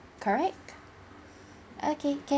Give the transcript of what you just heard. correst okay ca~